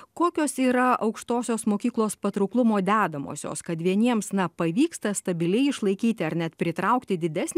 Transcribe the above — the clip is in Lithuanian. kokios yra aukštosios mokyklos patrauklumo dedamosios kad vieniems na pavyksta stabiliai išlaikyti ar net pritraukti didesnį